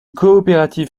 coopérative